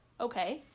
Okay